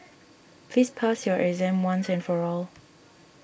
please pass your exam once and for all